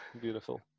beautiful